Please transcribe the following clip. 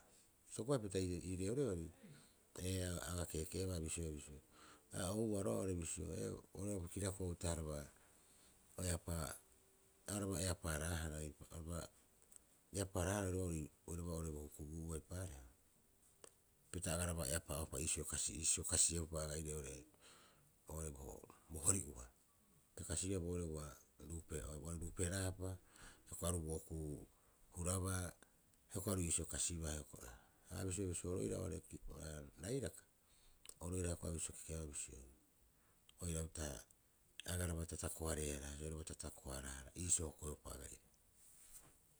Itokopaoita ii reoreori, ee a aga ke'eke'ebaa bisio- bisio, a aga'a oubaa rogaa bisio, ee, oru oira bo kirako'o uta'aha araba eapaa araba eapaa- raahara araba eapaa- haaroori oiraba oo'ore bo hukubuu'a, eipaareha pita agaraba eapaa'opa iisio kasieupa aga'ire oo'ore oo'ore bo hori'ua pita kasiabaa boo ua ruuperaapa. Hioko'i aru bo'okuu hurabaa hioko'i aru iisio kaibaa hioko'i ha bisio- bisio oru oira rairaka, oru oira a bisio kekeabaa bisio oira uta'aha agaraba tatako- hareehara haia oiraba tatako- haaraahara iisio kasieupa aga'ire.